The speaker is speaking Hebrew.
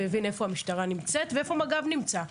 נתן להבין איפה המשטרה נמצאת ואיפה מג"ב נמצא.